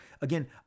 Again